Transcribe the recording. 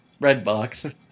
Redbox